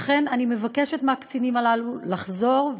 לכן אני מבקשת מהקצינים הללו לחזור,